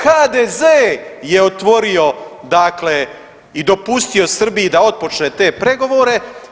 HDZ je otvorio, dakle i dopustio Srbiji da otpočne te pregovore.